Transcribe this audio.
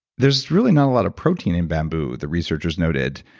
there's really not a lot of protein in bamboo, the researchers noted,